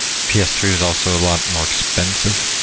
p s three was also a lot more expensive,